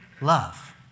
Love